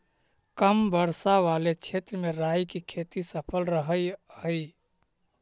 कम वर्षा वाले क्षेत्र में राई की खेती सफल रहअ हई